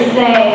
say